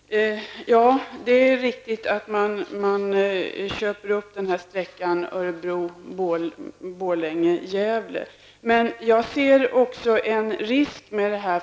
Herr talman! Det är riktigt att man köper upp trafik på sträckan Örebro--Borlänge--Gävle. Men jag ser också en risk med det.